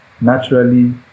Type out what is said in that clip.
naturally